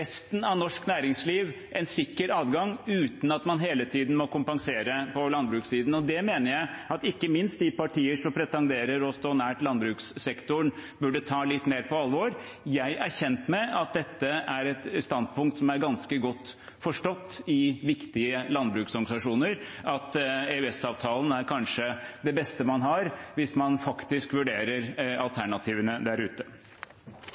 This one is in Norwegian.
sikker adgang uten at man hele tiden må kompensere på landbrukssiden. Det mener jeg at ikke minst de partier som pretenderer å stå nært landbrukssektoren, burde ta litt mer på alvor. Jeg er kjent med at dette er et standpunkt som er ganske godt forstått i viktige landbruksorganisasjoner, at EØS-avtalen er kanskje det beste man har hvis man faktisk vurderer alternativene der ute.